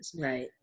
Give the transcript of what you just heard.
Right